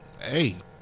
hey